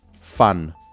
fun